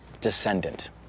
descendant